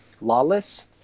Lawless